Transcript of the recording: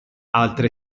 altre